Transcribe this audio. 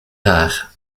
rare